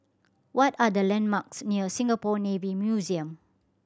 what are the landmarks near Singapore Navy Museum